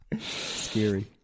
Scary